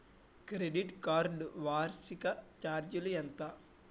Credit card వార్షిక ఛార్జీలు ఎంత?